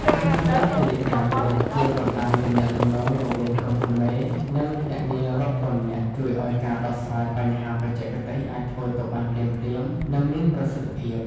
ការប្រើប្រាស់ Telegram Group ជាបណ្ដាញទំនាក់ទំនងរវាងក្រុមហ៊ុនមេ និងភ្នាក់ងាររាប់ពាន់នាក់ ជួយឱ្យការដោះស្រាយបញ្ហាបច្ចេកទេសអាចធ្វើទៅបានភ្លាមៗ និងមានប្រសិទ្ធភាព។